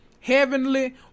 Heavenly